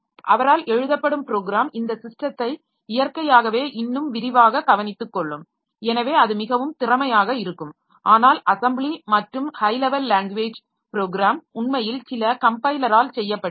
அவரால் எழுதப்படும் ப்ரோக்ராம் இந்த ஸிஸ்டத்தை இயற்கையாகவே இன்னும் விரிவாக கவனித்துக்கொள்ளும் எனவே அது மிகவும் திறமையாக இருக்கும் ஆனால் அசெம்பிளி மற்றும் ஹை லெவல் லாங்வேஜ் ப்ரோக்ராம் உண்மையில் சில கம்பைலரால் செய்யப்படுகிறது